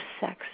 sex